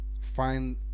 Find